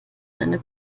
seine